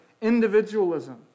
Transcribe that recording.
individualism